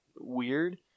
weird